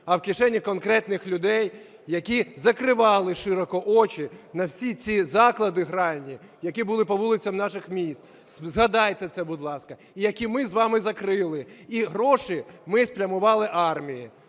а в кишені конкретних людей, які закривали широко очі на всі ці заклади гральні, які були по вулицях наших міст, згадайте це, будь ласка, які ми з вами закрили і гроші ми спрямували армії.